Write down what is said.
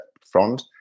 front